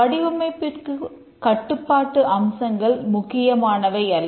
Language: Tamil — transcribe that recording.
வடிவமைப்பிற்கு கட்டுப்பாட்டு அம்சங்கள் முக்கியமானவை அல்ல